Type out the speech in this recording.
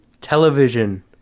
television